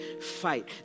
fight